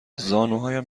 زانوهایم